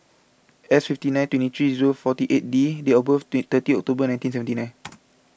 S fifty nine twenty three zero forty eight D date of birth is thirty October nineteen seventy nine